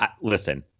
Listen